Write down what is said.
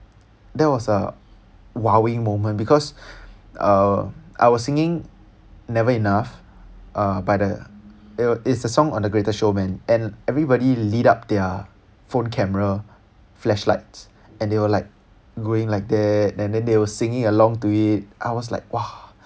that was a wowee moment because uh I was singing never enough uh by the it's it's a song on the greatest showman and everybody lit up their phone camera flashlights and they were like going like that and then they were like singing along to it I was like !wah!